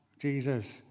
Jesus